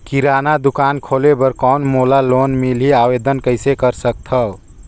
किराना दुकान खोले बर कौन मोला लोन मिलही? आवेदन कइसे कर सकथव?